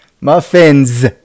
Muffins